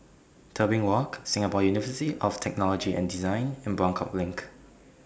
Tebing Walk Singapore University of Technology and Design and Buangkok LINK